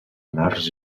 març